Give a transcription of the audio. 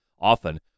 often